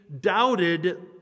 doubted